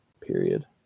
period